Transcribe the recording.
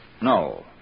no